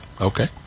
okay